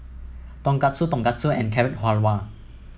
Tonkatsu Tonkatsu and Carrot Halwa